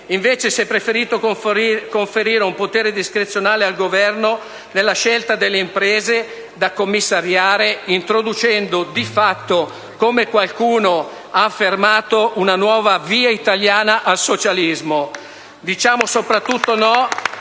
Invece si è preferito conferire un potere discrezionale al Governo, nella scelta delle imprese da commissariare, introducendo di fatto, come qualcuno ha affermato, una nuova via italiana al socialismo. *(Applausi dal